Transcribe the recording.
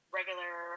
regular